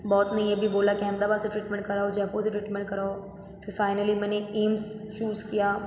बहुत ने ये भी बोला कि अहमदाबाद से ट्रीटमेंट कराओ जयपुर से ट्रीटमेंट कराओ फिर फायनली मैंने एम्स चूज़ किया